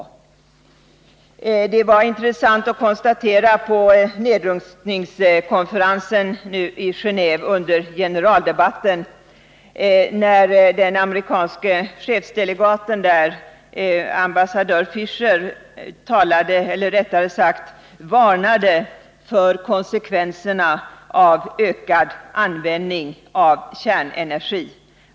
Under generaldebatten vid nedrustningskonferensen i Genéve var det intressant att konstatera att den amerikanske chefsdelegaten ambassadören Fisher talade om, eller rättare sagt varnade för, konsekvenserna av ökad användning av kärnenergi.